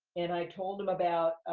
and i told him about,